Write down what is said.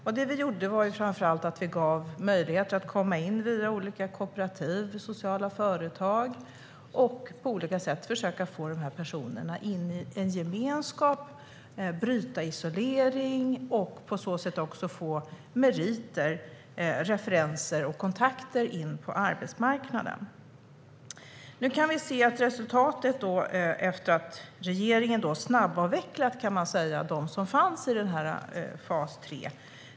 Det som vi gjorde var framför allt att ge dessa personer möjligheter att komma in via olika kooperativ och sociala företag för att på olika sätt försöka få in dem i en gemenskap och bryta isoleringen, så att de på så sätt också skulle få meriter, referenser och kontakter för att komma in på arbetsmarknaden. Nu kan vi se resultatet efter att regeringen har snabbavvecklat dem som fanns i fas 3.